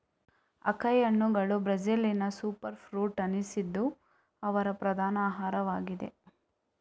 acai ಹಣ್ಣುಗಳು Brazilian super fruit ಅನಿಸಿದ್ದು ಅವರ ಪ್ರಧಾನ ಆಹಾರವಾಗಿದೆ